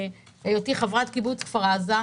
בעקבות היותי חברת קיבוץ כפר עזה.